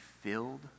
filled